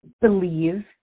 believe